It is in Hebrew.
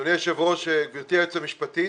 אדוני היושב ראש, גברתי היועצת המשפטית,